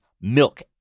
milk